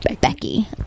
becky